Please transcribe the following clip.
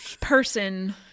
person